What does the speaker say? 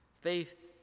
Faith